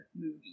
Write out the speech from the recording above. movie